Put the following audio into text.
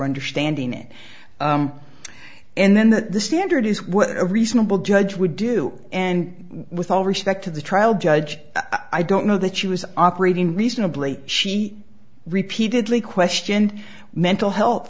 understanding it and then the standard is what a reasonable judge would do and with all respect to the trial judge i don't know that she was operating reasonably she repeatedly questioned mental health